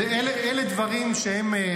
אלה דברים שהם,